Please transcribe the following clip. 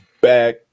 back